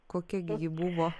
kokia gi ji buvo